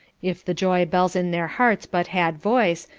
if the joy bells in their hearts but had voice,